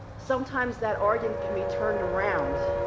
sometimes that argument can be turned around.